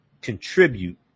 contribute